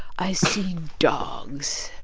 i see dogs.